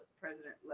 president